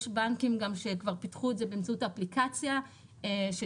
יש בנקים שכבר פיתחו את זה באמצעות האפליקציה שתהיה